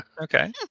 Okay